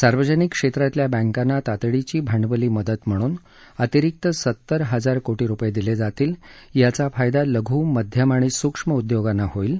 सार्वजनिक क्षेत्रातल्या बँकांना तातडीची भांडवली मदत म्हणून अतिरिक्त सत्तर हजार कोटी रुपये दिले जातील याचा फायदा लघू मध्यम आणि सुक्ष्म उद्योगांना होईल